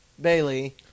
Bailey